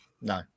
No